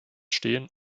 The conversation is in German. stehen